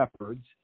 shepherds